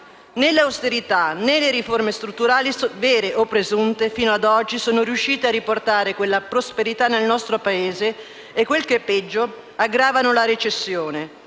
Né l'austerità né le riforme strutturali vere o presunte fino ad oggi sono riuscite a riportare quella prosperità nel nostro Paese e ciò che è peggio è che aggravano la recessione.